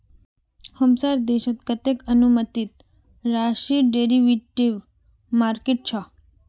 हमसार देशत कतते अनुमानित राशिर डेरिवेटिव मार्केट छ